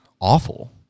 awful